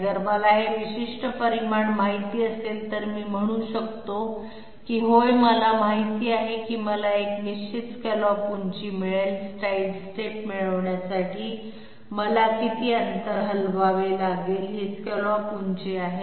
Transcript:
जर मला हे विशिष्ट परिमाण माहित असेल तर मी म्हणू शकतो की होय मला माहित आहे की मला एक निश्चित स्कॅलॉप उंची मिळेल साइडस्टेप मिळविण्यासाठी मला किती अंतर हलवावे लागेल ही स्कॅलॉप उंची आहे